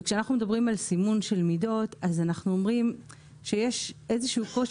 וכשאנחנו מדברים על סימון של מידות אנחנו אומרים שיש איזשהו קושי